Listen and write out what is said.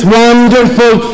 wonderful